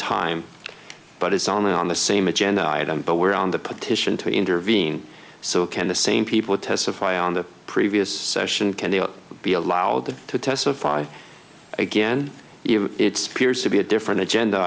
time but it's only on the same agenda item but were on the petition to intervene so can the same people testify on the previous session can they be allowed to testify again if it's piers to be a different agenda